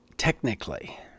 Technically